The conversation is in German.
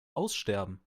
aussterben